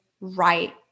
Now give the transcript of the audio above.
right